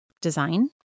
design